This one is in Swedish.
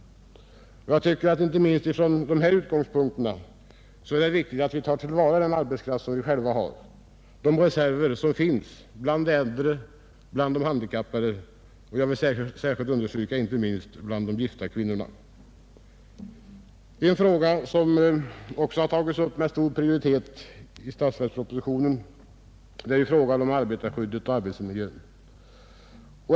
Inte minst från dessa utgångspunkter är det viktigt att vi tar till vara den arbetskraft vi själva har och de reserver som finns bland de äldre, de handikappade och främst bland de gifta kvinnorna. En annan fråga som också givits stark prioritet i statsverkspropositionen är arbetarskyddet och arbetsmiljön.